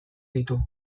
ditu